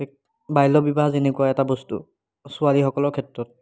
বাল্য বিবাহ যেনেকুৱা এটা বস্তু ছোৱালীসকলৰ ক্ষেত্ৰত